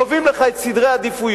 קובעים לך את סדר העדיפויות,